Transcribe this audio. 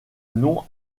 nom